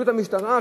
פעילות המשטרה,